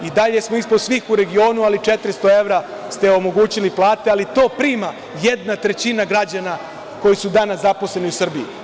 I, dalje smo ispod svih u regionu, ali 400 evra ste omogućili plate, ali to prima jedna trećina građana koji su danas zaposleni u Srbiji.